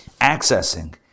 accessing